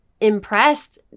impressed